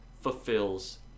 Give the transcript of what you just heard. fulfills